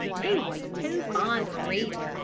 he was too fond of reading,